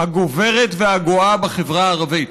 הגוברת והגואה בחברה הערבית.